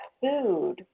food